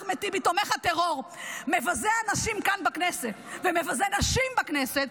אחמד טיבי תומך הטרור מבזה אנשים כאן בכנסת ומבזה נשים בכנסת,